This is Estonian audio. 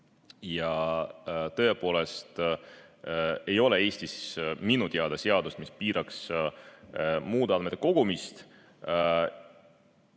Ja tõepoolest ei ole Eestis minu teada seadust, mis piiraks muude andmete kogumist.